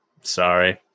Sorry